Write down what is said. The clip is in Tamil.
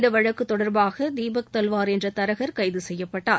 இந்த வழக்கு தொடர்பாக தீபக் தல்வார் என்ற தரகர் கைது செய்யப்பட்டார்